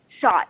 shot